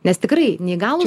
nes tikrai neįgalūs